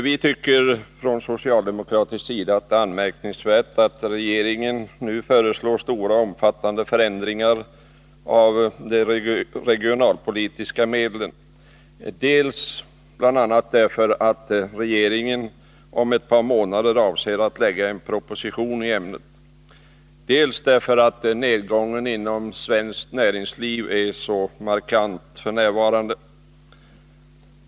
Vi tycker på socialdemokratisk sida att det är anmärkningsvärt att regeringen nu föreslår stora och omfattande förändringar av de regionalpolitiska medlen, dels därför att regeringen om ett par månader avser att lägga fram en proposition i ämnet, dels därför att nedgången inom svenskt näringsliv är så markant f. n.